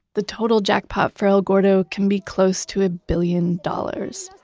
the total jackpot for el gordo can be close to a billion dollars